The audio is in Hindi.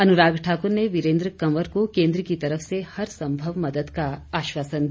अनुराग ठाकुर ने वीरेन्द्र कंवर को केन्द्र की तरफ से हर संभव मदद का आश्वासन दिया